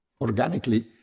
organically